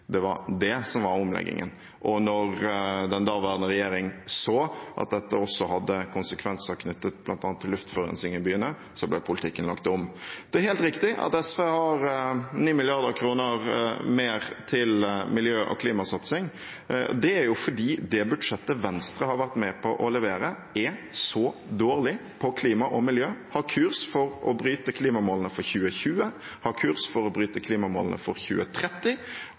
Det var det som var omleggingen. Da den daværende regjeringen så at dette også hadde konsekvenser knyttet bl.a. til luftforurensing i byene, ble politikken lagt om. Det er helt riktig at SV har 9 mrd. kr mer til miljø- og klimasatsing. Det er fordi det budsjettet Venstre har vært med på å levere, er så dårlig på klima og miljø, har kurs for å bryte klimamålene for 2020, har kurs for å bryte klimamålene for 2030,